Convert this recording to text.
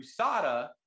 USADA